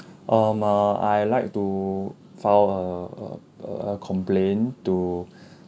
um uh I like to file a a a a complain to